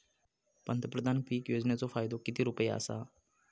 पंतप्रधान पीक योजनेचो फायदो किती रुपये आसा?